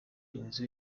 inzu